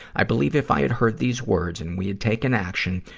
i believe if i had heard these words and we had taken action,